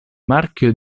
marchio